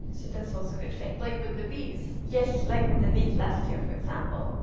so that's also a good thing. like with the bees. yes, like with the bees last year, for example.